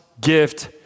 gift